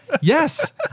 Yes